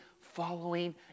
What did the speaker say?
following